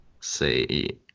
say